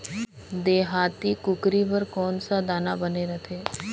देहाती कुकरी बर कौन सा दाना बने रथे?